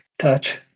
touch